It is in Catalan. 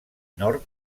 nord